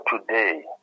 today